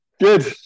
good